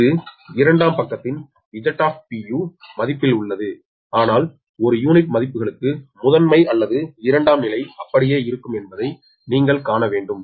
இது இரண்டாம் பக்கத்தின் Z மதிப்பில் உள்ளது ஆனால் ஒரு யூனிட் மதிப்புகளுக்கு முதன்மை அல்லது இரண்டாம் நிலை அப்படியே இருக்கும் என்பதை நீங்கள் காண வேண்டும்